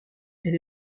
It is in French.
elle